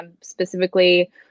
specifically